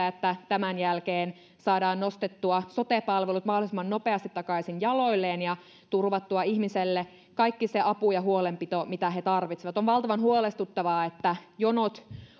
että tämän jälkeen saadaan nostettua sote palvelut mahdollisimman nopeasti takaisin jaloilleen ja turvattua ihmisille kaikki se apu ja huolenpito mitä he tarvitsevat on valtavan huolestuttavaa että jonot